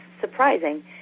surprising